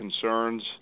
concerns